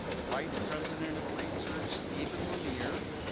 vice president of research, steven lanier,